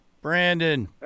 Brandon